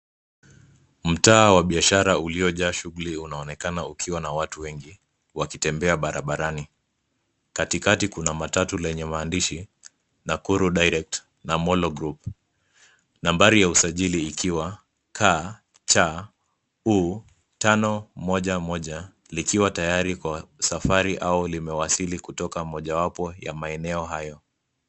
Mtaa wa biashra uliojaa shughuli unaonekana ukiwa na watu wengi wakitembea barabarani , katikati kuna matatu lenye maandishi Nakuru direct na Molo Group . Nambari ya usajiri ikiwa KCU 511 likiwa tayari kwa safai au limeawasili kutoka mojawapo ya maeneo hayo.